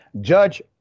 Judge